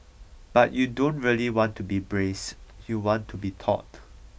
but you don't really want to be braced you want to be taut